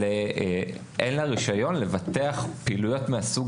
אבל אין לה רישיון לבטח פעילויות מהסוג